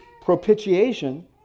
propitiation